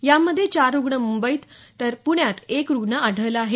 यामध्ये चार रुग्ण मुंबईत तर एक प्ण्यात एक रुग्ण आढळला आहे